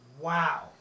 Wow